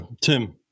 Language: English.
Tim